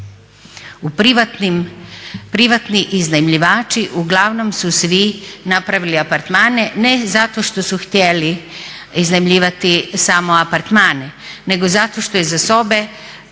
Privatni iznajmljivači uglavnom su svi napravili apartmane ne zato što su htjeli iznajmljivati samo apartmane nego zato što i za sobe